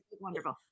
Wonderful